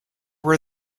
were